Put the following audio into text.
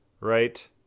Right